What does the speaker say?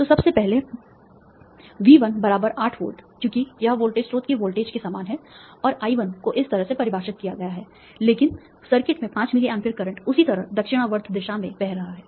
तो सबसे पहले V1 8 वोल्ट क्योंकि यह वोल्टेज स्रोत के वोल्टेज के समान है और I1 को इस तरह से परिभाषित किया गया है लेकिन सर्किट में 5 मिली amp करंट उसी तरह दक्षिणावर्त दिशा में बह रहा है